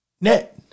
net